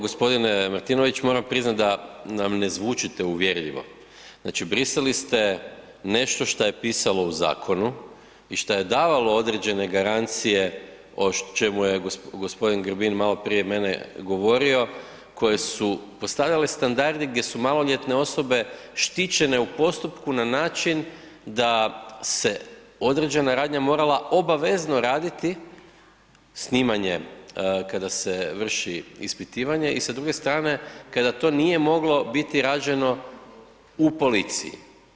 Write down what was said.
G. Martinović, moram priznat da nam ne zvučite uvjerljivo, znači brisali ste nešto šta je pisalo u zakonu i šta je davalo određene garancije o čemu je g. Grbin maloprije mene govorio, koje su postavljali standardi gdje su maloljetne osobe štićene u postupku na način da se određena radnja morala obavezno raditi, snimanje kada se vrši ispitivanje i sa druge strane kada to nije moglo biti rađeno u policiji.